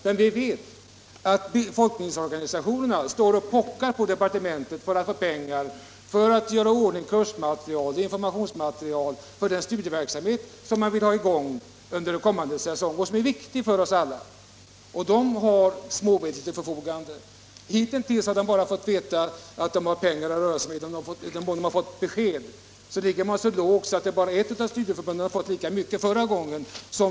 Men vi vet att folkbildningsorganisationerna pockar på pengar i departementet för att göra i ordning kursmaterial och informationsmaterial för den studieverksamhet man vill ha i gång under kommande säsong. Den verksamheten är ju viktig för oss alla, men organisationerna har små medel till förfogande. Hittills har de bara fått besked om bidrag som ligger så lågt att de tillsammans totalt inte får mer än vad bara ett av studieförbunden fick förra gången.